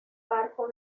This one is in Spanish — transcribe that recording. barco